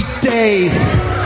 day